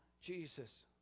jesus